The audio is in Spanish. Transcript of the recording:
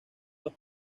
los